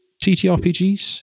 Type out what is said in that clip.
ttrpgs